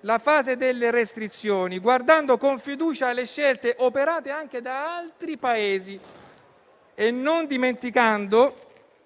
la fase delle restrizioni, guardando con fiducia alle scelte operate anche da altri Paesi e non dimenticando